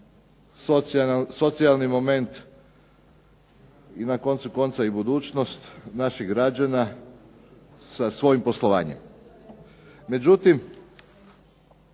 socijalni moment i na koncu konca budućnost naših građana sa svojim poslovanjem.